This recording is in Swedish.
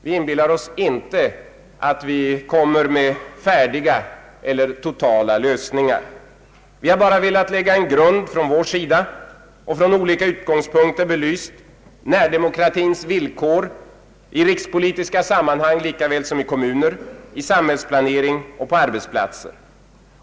Vi inbillar oss inte att vi kommer med färdiga eller totala lösningar. Vi har bara velat lägga en grund från vår sida och från olika utgångspunkter belyst närdemokratins villkor i rikspolitiska sammanhang lika väl som i kommuner, i samhällsplanering och på arbetsplatser.